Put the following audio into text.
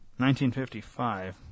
1955